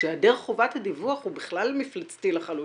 שהיעדר חובת הדיווח הוא בכלל מפלצתי לחלוטין.